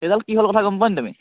সেইডাল কি হ'ল কথা গম পোৱা নে তুমি